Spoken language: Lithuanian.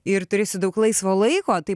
ir turėsiu daug laisvo laiko tai